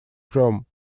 chrome